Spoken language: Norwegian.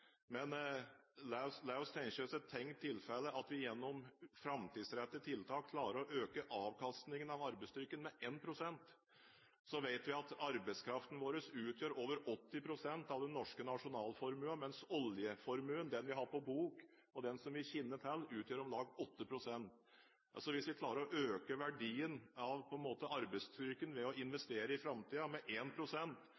men la oss ta et tenkt tilfelle, at vi gjennom framtidsrettede tiltak klarer å øke avkastningen av arbeidsstyrken med 1 pst. Vi vet at arbeidskraften vår utgjør over 80 pst. av den norske nasjonalformuen, mens oljeformuen, den vi har på bok, og den vi kjenner til, utgjør om lag 8 pst. Så hvis vi klarer å øke verdien av arbeidsstyrken ved å